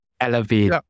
elevate